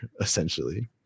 essentially